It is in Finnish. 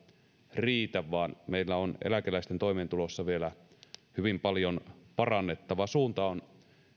riitä vaan meillä on eläkeläisten toimeentulossa vielä hyvin paljon parannettavaa suunta on